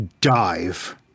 dive